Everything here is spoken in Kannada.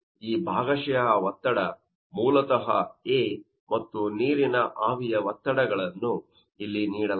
ಈ ಭಾಗಶಃ ಒತ್ತಡ ಮೂಲತ A ಮತ್ತು ನೀರಿನ ಆವಿಯ ಒತ್ತಡಗಳನ್ನು ಇಲ್ಲಿ ನೀಡಲಾಗಿದೆ